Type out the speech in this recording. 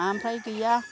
आमफ्राय गैया